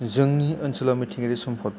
जोंनि ओनसोलाव मिथिंगायारि सम्पद